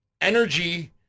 Energy